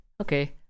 Okay